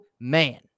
man